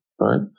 right